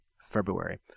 February